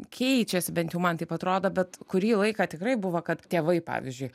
keičiasi bent jau man taip atrodo bet kurį laiką tikrai buvo kad tėvai pavyzdžiui